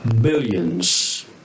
billions